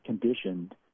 conditioned